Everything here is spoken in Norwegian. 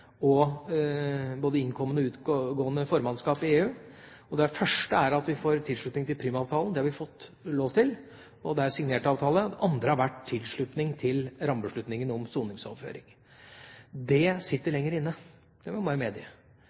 og både innkommende og utgående formannskap i EU. Det første er at vi får tilslutning til Prüm-avtalen. Det har vi fått, og det er signert avtale. Det andre har vært tilslutning til rammebeslutningen om soningsoverføring. Det sitter lenger inne, det